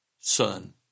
Son